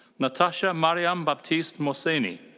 natasha maryam baptist-mohseni.